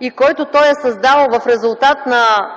и който той е създал в резултат на